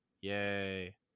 yay